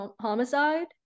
homicide